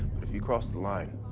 if you cross the line,